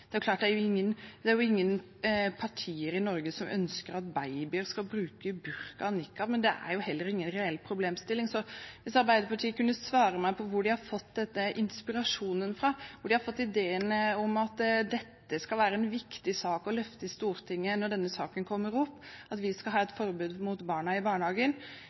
Det er klart at ingen partier i Norge ønsker at babyer skal bruke burka og nikab, men det er heller ingen reell problemstilling. Kunne Arbeiderpartiet svare meg på hvor de har fått denne inspirasjonen fra, hvor de har fått ideen om at dette skal være en viktig sak å løfte fram i Stortinget når denne saken kommer opp, at vi skal ha et forbud for barna i barnehagen?